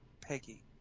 Peggy